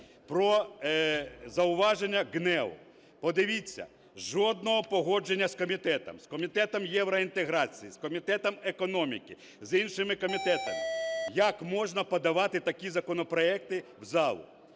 про зауваження ГНЕУ. Подивіться: жодного погодження з комітетом, з Комітетом євроінтеграції, з Комітетом економіки, з іншими комітетами. Як можна подавати такі законопроекти в залу?